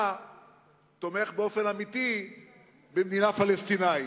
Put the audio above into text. תומך באופן אמיתי במדינה פלסטינית.